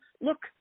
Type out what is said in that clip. look